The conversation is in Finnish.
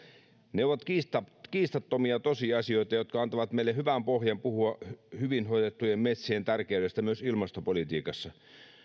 ne ovat kiistattomia tosiasioita jotka antavat meille hyvän pohjan puhua hyvin hoidettujen metsien tärkeydestä myös ilmastopolitiikassa